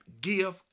give